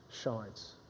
shines